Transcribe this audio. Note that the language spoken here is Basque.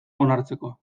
onartzeko